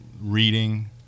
reading